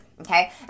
Okay